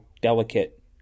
delicate